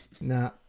nah